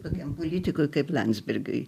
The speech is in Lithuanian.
tokiam politikui kaip landsbergiui